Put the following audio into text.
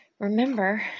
Remember